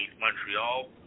Montreal